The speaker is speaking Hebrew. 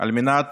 על מנת